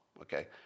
Okay